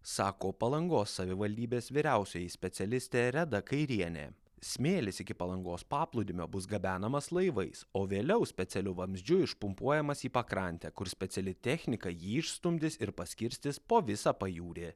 sako palangos savivaldybės vyriausioji specialistė reda kairienė smėlis iki palangos paplūdimio bus gabenamas laivais o vėliau specialiu vamzdžiu išpumpuojamas į pakrantę kur speciali technika jį išstumdys ir paskirstys po visą pajūrį